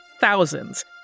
thousands